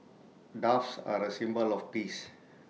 doves are A symbol of peace